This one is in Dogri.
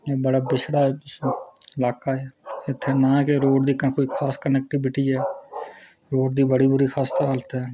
एह् बड़ा पिछड़ा इलाका ऐ इत्थै ना गै रोड दी कोई खास कनैक्टिविटी ऐ रोड दी बड़ी बुरी खसता हालत ऐ